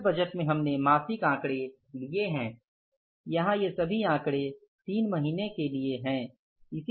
cash budget में हमने मासिक आंकड़े लिए हैं यहाँ ये सभी आंकड़े तीन महीने के हैं